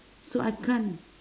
so I can't